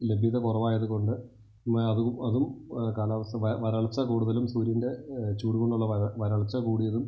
ലഭ്യത കുറവായത് കൊണ്ട് അതും അതും കാലാവസ്ഥ വ വരൾച്ച കൂടുതലും സൂര്യൻ്റെ ചൂട് കൊണ്ടുള്ള വര വരൾച്ച കൂടിയതും